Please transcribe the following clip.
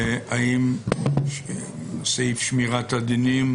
האם סעיף שמירת הדינים